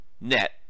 net